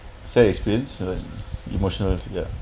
sad experiences and then emotional ya